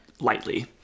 Lightly